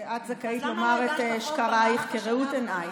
את זכאית לומר את שקרייך כראות עינייך,